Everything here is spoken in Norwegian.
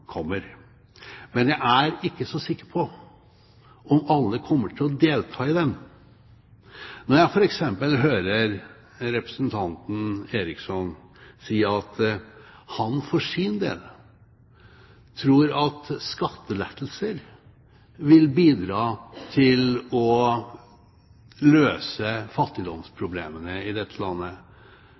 kommer, men jeg er ikke så sikker på om alle kommer til å delta i den. Når jeg f.eks. hører representanten Eriksson si at han for sin del tror at skattelettelser vil bidra til å løse fattigdomsproblemene i dette landet,